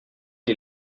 est